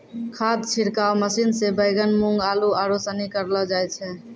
खाद छिड़काव मशीन से बैगन, मूँग, आलू, आरू सनी करलो जाय छै